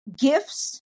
gifts